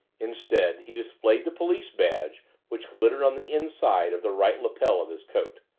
instead he displayed the police badge which glittered on the inside of the right lapel of his coat.